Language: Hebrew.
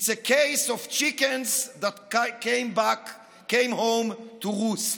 it's a case of chickens that came home to roost.